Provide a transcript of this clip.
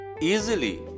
easily